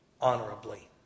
honorably